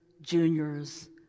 juniors